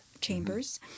chambers